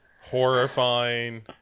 horrifying